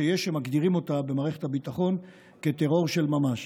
שיש שמגדירים אותה במערכת הביטחון כטרור של ממש